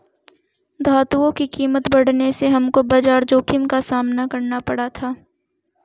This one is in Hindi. धातुओं की कीमत बढ़ने से हमको बाजार जोखिम का सामना करना पड़ा था